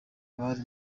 abari